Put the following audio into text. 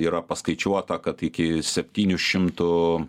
yra paskaičiuota kad iki septynių šimtų